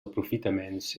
aprofitaments